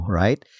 right